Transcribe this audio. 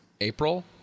April